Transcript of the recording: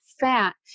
fat